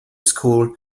school